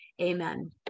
amen